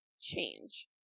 change